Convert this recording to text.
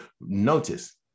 notice